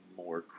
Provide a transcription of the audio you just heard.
more